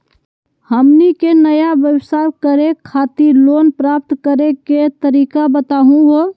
हमनी के नया व्यवसाय करै खातिर लोन प्राप्त करै के तरीका बताहु हो?